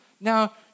Now